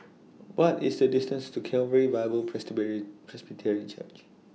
What IS The distance to Calvary Bible Presbyterian Church